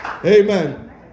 Amen